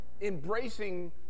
embracing